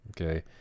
Okay